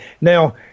Now